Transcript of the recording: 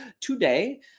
today